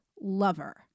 lover